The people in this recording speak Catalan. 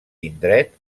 indret